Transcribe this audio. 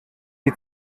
die